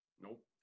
Nope